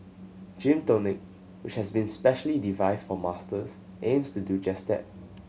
Gym Tonic which has been specially devised for Masters aims to do just that